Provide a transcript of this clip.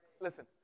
Listen